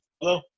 Hello